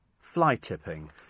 fly-tipping